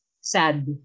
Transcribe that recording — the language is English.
sad